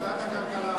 ועדת הכלכלה.